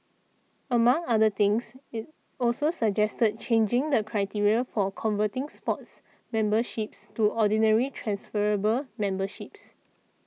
among other things it also suggested changing the criteria for converting Sports memberships to Ordinary transferable memberships